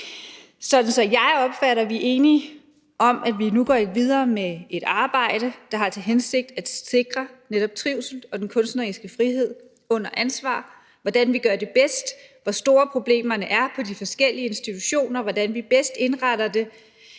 opfatter det sådan, at vi er enige om, at vi nu går videre med et arbejde, der har til hensigt at sikre netop trivsel og den kunstneriske frihed under ansvar. Hvordan vi gør det bedst, hvor store problemerne er på de forskellige institutioner, og hvordan vi bedst indretter det,